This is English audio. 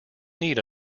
need